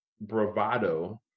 bravado